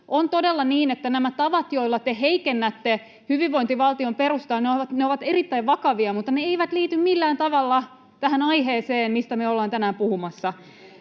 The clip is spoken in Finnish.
on todella niin, että nämä tavat, joilla te heikennätte hyvinvointivaltion perustaa, ovat erittäin vakavia, mutta ne eivät liity millään tavalla tähän aiheeseen, mistä me olemme tänään puhumassa.